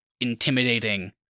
intimidating